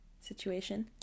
situation